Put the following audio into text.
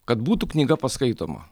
kad būtų knyga paskaitoma